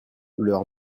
leur